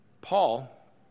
Paul